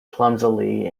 clumsily